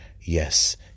Yes